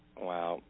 Wow